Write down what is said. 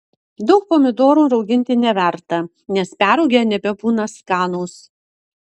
daug pomidorų rauginti neverta nes perrūgę nebebūna skanūs